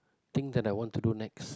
thing that I want to do next